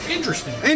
Interesting